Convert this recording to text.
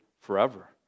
forever